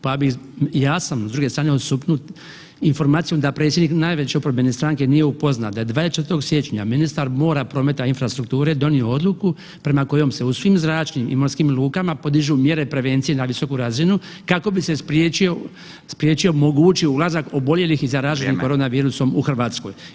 Pa bi, ja sam sa druge strane osupnut informacijom da predsjednik najveće oporbene stranke nije upoznat da je 24. siječnja ministar mora, prometa i infrastrukture donio odluku prema kojoj se u svim zračnim i morskim lukama podižu mjere prevencije na visoku razinu kako bi se spriječio mogući ulazak oboljelih [[Upadica: Vrijeme.]] i zaraženih korona virusom u Hrvatsku.